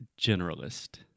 generalist